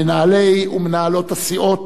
מנהלי ומנהלות הסיעות,